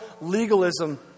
legalism